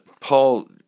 Paul